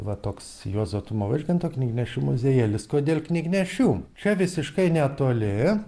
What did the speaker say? va toks juozo tumo vaižganto knygnešių muziejėlis kodėl knygnešių čia visiškai netoli